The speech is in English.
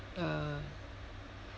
uh